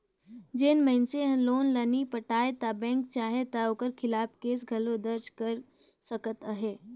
जेन मइनसे हर लोन ल नी पटाय ता बेंक चाहे ता ओकर खिलाफ केस घलो दरज कइर सकत अहे